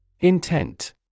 Intent